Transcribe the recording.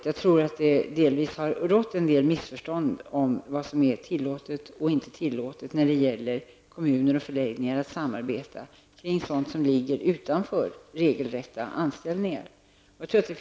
Jag tror att det har rått en del missförstånd om vad som är tillåtet och inte tillåtet när det gäller kommunens och förläggningens samarbete kring sådant som ligger utanför regelrätta anställningar.